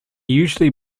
usually